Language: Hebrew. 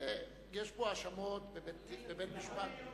יש פה האשמות בבית-משפט.